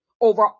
over